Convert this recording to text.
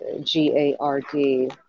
G-A-R-D